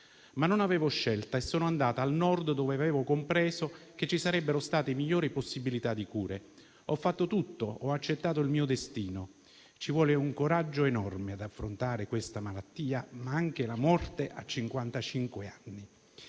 Non avevo scelta però e sono andata al Nord dove avevo compreso che ci sarebbero state migliori possibilità di cure. Ho fatto tutto, ho accettato il mio destino. Ci vuole un coraggio enorme ad affrontare questa malattia, ma anche la morte a